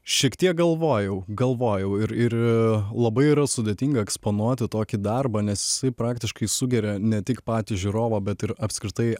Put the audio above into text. šiek tiek galvojau galvojau ir ir labai yra sudėtinga eksponuoti tokį darbą nes praktiškai sugeria ne tik patį žiūrovą bet ir apskritai